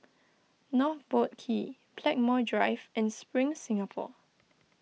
North Boat Quay Blackmore Drive and Spring Singapore